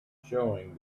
showing